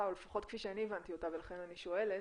או לפחות כפי שאני הבנתי אותה ולכן אני שואלת,